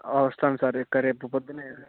వస్తాను సార్ రేపు పొద్దున్నే